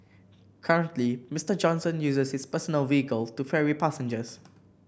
currently Mister Johnson uses his personal vehicle to ferry passengers